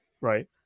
right